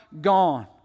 gone